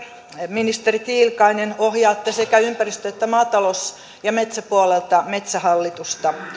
ministeri tiilikainen ohjaatte sekä ympäristö että maatalous ja metsäpuolelta metsähallitusta